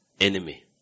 enemy